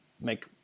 make